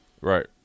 Right